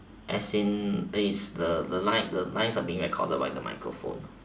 as in is the the line the lines are being recorded by the microphone